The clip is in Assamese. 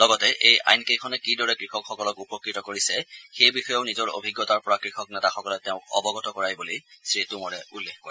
লগতে এই আইন কেইখনে কি দৰে কৃষকসলক উপকৃত কৰিছে সেই বিষয়েও নিজৰ অভিজ্ঞতাৰ পৰা কৃষক নেতাসকলে তেওঁক অৱগত কৰায় বুলিও শ্ৰীটোমৰে উল্লেখ কৰে